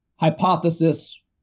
hypothesis